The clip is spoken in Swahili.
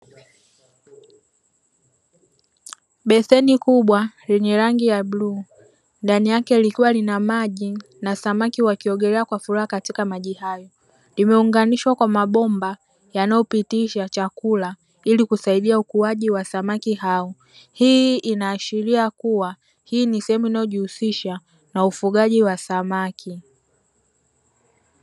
Beseni kubwa lenye rangi ya bluu, ndani yake likiwa lina maji na samaki wakiogelea kwa furaha katika maji hayo, limeunganishwa kwa mabomba yanayopitisha chakula ili kusaidia ukuaji wa samaki hao. Hii inaashiria kuwa hii ni sehemu inayojihusisha na ufugaji wa samaki.